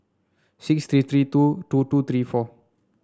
six three three two two two three four